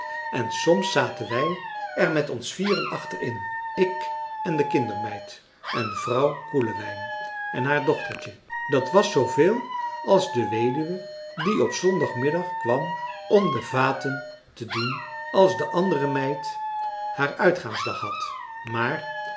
en soms zaten wij er met ons vieren achter in ik en de kindermeid en vrouw koelewijn en haar dochtertje dat was zooveel als de weduwe die op zondagmiddag kwam om de vaten te doen als de andere meid haar uitgaansdag had maar